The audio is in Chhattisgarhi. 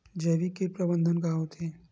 जैविक कीट प्रबंधन का होथे?